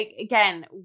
again